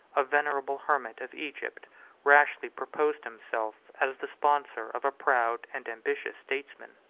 a venerable hermit of egypt rashly proposed himself as the sponsor of a proud and ambitious statesman.